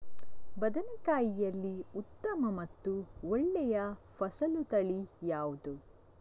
ಬದನೆಕಾಯಿಯಲ್ಲಿ ಉತ್ತಮ ಮತ್ತು ಒಳ್ಳೆಯ ಫಸಲು ತಳಿ ಯಾವ್ದು?